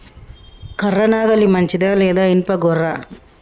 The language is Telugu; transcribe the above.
కర్ర నాగలి మంచిదా లేదా? ఇనుప గొర్ర?